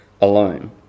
alone